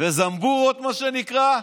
וזמבורות, מה שנקרא,